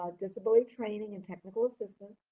like disability training and technical assistance,